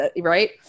right